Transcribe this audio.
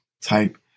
type